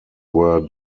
were